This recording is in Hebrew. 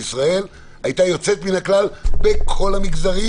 ישראל היתה יוצאת מן הכלל בכל המגזרים.